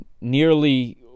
nearly